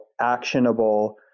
actionable